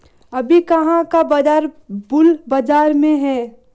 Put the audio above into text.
अभी कहाँ का बाजार बुल बाजार में है?